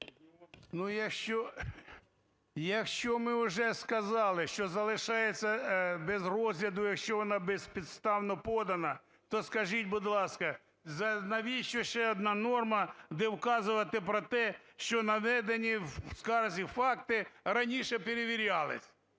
Ну, якщо ми уже сказали, що залишається без розгляду, якщо вона безпідставно подана, то скажіть, будь ласка, навіщо ще одна норма, де вказувати про те, що наведені в скарзі факти раніше перевірялись?